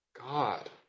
God